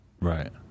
right